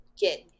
get